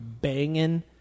Banging